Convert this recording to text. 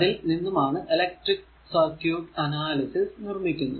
അതിൽ നിന്നുമാണ് electric circuit analysis നിർമിക്കുന്നത്